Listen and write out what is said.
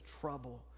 trouble